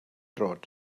droed